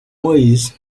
ways